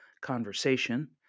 conversation